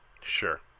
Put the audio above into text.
Sure